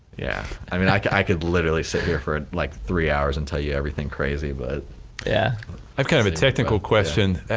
yeah, i mean i could i could literally sit her for like three hours and tell you everything crazy but yeah i've got kind of a technical question.